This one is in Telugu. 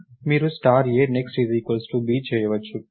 next B చేయవచ్చు